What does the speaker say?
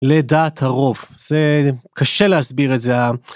לדעת הרוב, זה קשה להסביר את זה.